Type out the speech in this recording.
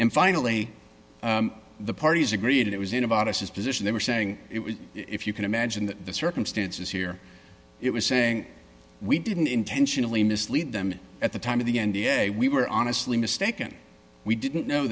and finally the parties agreed it was in about of his position they were saying it was if you can imagine that the circumstances here it was saying we didn't intentionally mislead them at the time of the n d a we were honestly mistaken we didn't know